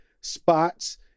spots